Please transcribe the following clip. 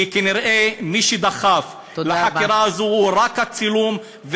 כי כנראה מי שדחף לחקירה הזאת הוא רק הצילום,